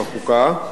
החוקה.